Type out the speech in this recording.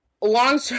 long